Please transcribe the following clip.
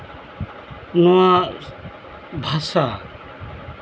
ᱱᱚᱣᱟ ᱵᱷᱟᱥᱟ